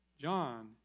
John